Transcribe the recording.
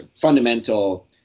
fundamental